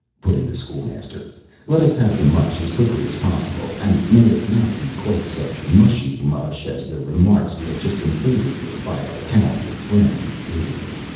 put in the school-master let us have the mush as quickly as possible and may it not be quite such mushy mush as the remarks we have just been favored with by our talented friend the idiot.